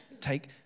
take